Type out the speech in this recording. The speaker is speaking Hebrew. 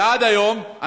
ועד היום,